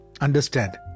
understand